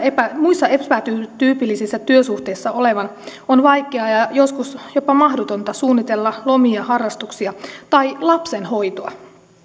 muissa epätyypillisissä työsuhteissa olevan on vaikeaa ja joskus jopa mahdotonta suunnitella lomia harrastuksia tai lapsen hoitoa